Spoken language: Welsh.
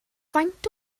faint